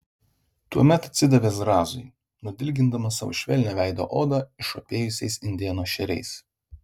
tuomet atsidavė zrazui nudilgindamas savo švelnią veido odą išopėjusiais indėno šeriais